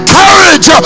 courage